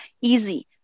easy